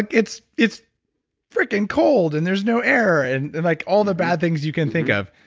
like it's it's freaking cold and there is no air and and like all the bad things you can think of.